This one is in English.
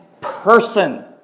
person